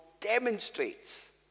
demonstrates